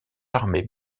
l’armée